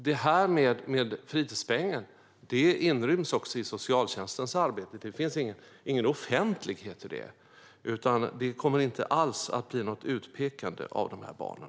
Det här med fritidspengen inryms också i socialtjänstens arbete. Det finns ingen offentlighet i det, så det kommer inte alls att bli något utpekande av de här barnen.